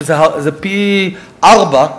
שזה פי-ארבעה,